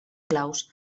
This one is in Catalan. claus